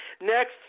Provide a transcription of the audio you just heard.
Next